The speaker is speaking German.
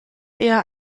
eher